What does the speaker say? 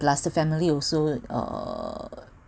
plus the family also uh